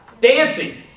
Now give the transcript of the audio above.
dancing